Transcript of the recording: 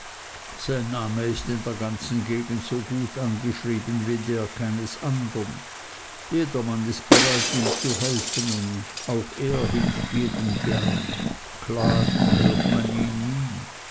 sein name ist in der ganzen gegend so gut angeschrieben wie der keines andern jedermann ist bereit ihm zu helfen und auch er hilft jedem gern klagen hört man ihn nie